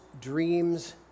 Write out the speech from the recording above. dreams